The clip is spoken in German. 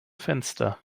fenster